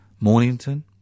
Mornington